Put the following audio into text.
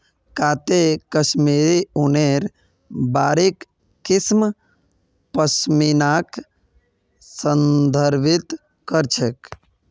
काते कश्मीरी ऊनेर बारीक किस्म पश्मीनाक संदर्भित कर छेक